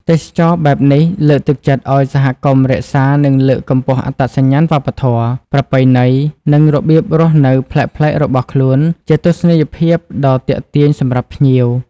ទេសចរណ៍បែបនេះលើកទឹកចិត្តឱ្យសហគមន៍រក្សា និងលើកកម្ពស់អត្តសញ្ញាណវប្បធម៌ ប្រពៃណីនិងរបៀបរស់នៅប្លែកៗរបស់ខ្លួនជាទស្សនីយភាពដ៏ទាក់ទាញសម្រាប់ភ្ញៀវ។